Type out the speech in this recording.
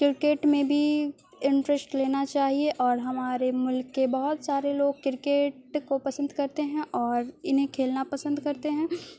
cricket میں بھی interest لینا چاہیے اور ہمارے ملک کے بہت سارے لوگ کرکٹ کو پسند کرتے ہیں اور انہیں کھیلنا پسند کرتے ہیں